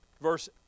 Verse